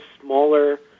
smaller